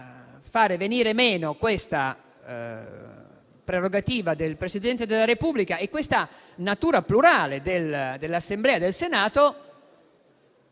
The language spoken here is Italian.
far venire meno questa prerogativa del Presidente della Repubblica e questa natura plurale dell'Assemblea del Senato.